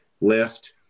lift